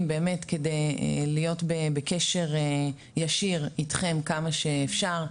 כדי להיות בקשר ישיר איתכם כמה שאפשר.